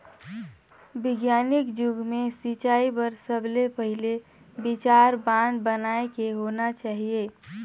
बिग्यानिक जुग मे सिंचई बर सबले पहिले विचार बांध बनाए के होना चाहिए